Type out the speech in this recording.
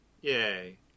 Yay